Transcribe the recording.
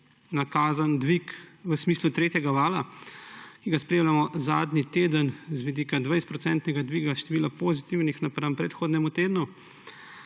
nakazan dvig v smislu tretjega vala, ki ga spremljamo zadnji teden z vidika 20-procentnega dviga števila pozitivnih napram predhodnemu tednu,